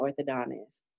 orthodontist